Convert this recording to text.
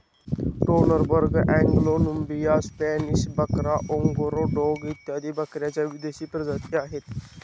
Toggenburg, Anglo Nubian, Spanish बकरा, Angora डोंग इत्यादी बकऱ्यांच्या विदेशी प्रजातीही आहेत